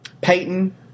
Peyton